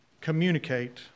communicate